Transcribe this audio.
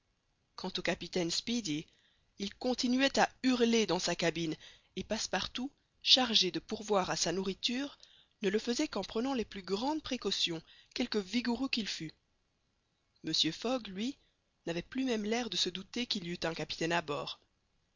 quant au capitaine speedy il continuait à hurler dans sa cabine et passepartout chargé de pourvoir à sa nourriture ne le faisait qu'en prenant les plus grandes précautions quelque vigoureux qu'il fût mr fogg lui n'avait plus même l'air de se douter qu'il y eût un capitaine à bord